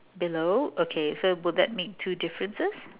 below okay so would that make two differences